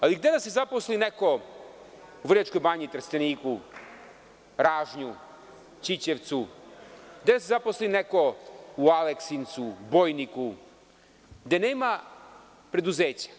Ali, gde da se zaposli ne u Vrnjačkoj Banji, Trsteniku, Ražnju, Ćićevcu, gde da se zaposli neko u Aleksincu, Bojniku gde nema preduzeća.